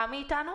עמי אתנו?